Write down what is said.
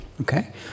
okay